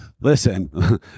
listen